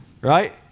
right